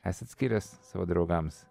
esat skyręs savo draugams